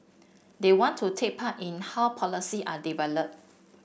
they want to take part in how policy are developed